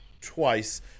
twice